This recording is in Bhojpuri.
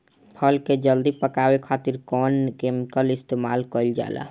फल के जल्दी पकावे खातिर कौन केमिकल इस्तेमाल कईल जाला?